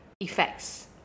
effects